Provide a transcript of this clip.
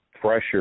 pressure